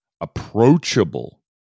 approachable